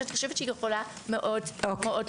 שאני חושבת שהיא יכולה מאוד מאוד לעזור.